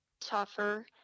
tougher